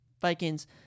Vikings